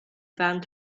found